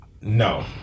No